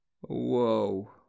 Whoa